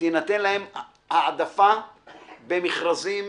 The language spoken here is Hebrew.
שתינתן להם העדפה במכרזים